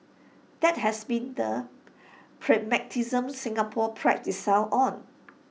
that has been the pragmatism Singapore prides itself on